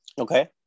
okay